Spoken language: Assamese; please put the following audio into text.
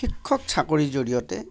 শিক্ষক চাকৰিৰ জৰিয়তে